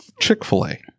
Chick-fil-A